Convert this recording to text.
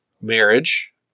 marriage